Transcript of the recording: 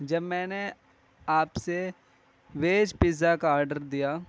جب میں نے آپ سے ویج پزا کا آرڈر دیا